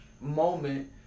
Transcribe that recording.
moment